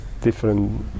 different